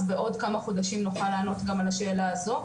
אז בעוד כמה חודשים נוכל לענות גם על השאלה הזו.